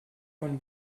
von